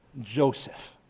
Joseph